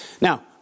Now